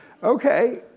Okay